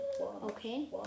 okay